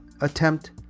attempt